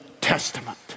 Testament